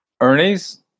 Ernie's